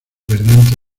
verdeante